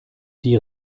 die